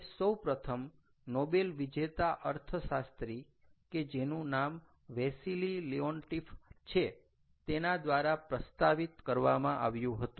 તે સૌપ્રથમ નોબેલ વિજેતા અર્થશાસ્ત્રી કે જેનું નામ વેસીલી લિઓનટીફ છે તેના દ્વારા પ્રસ્તાવિત કરવામાં આવ્યું હતું